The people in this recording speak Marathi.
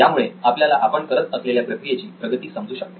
यामुळे आपल्याला आपण करत असलेल्या प्रक्रियेची प्रगती समजू शकते